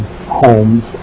homes